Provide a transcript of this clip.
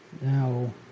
Now